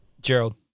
gerald